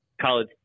college